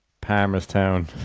Palmerstown